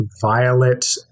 violet